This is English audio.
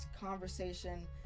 conversation